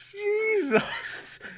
Jesus